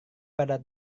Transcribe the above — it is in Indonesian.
pada